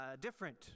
different